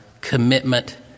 commitment